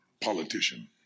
politician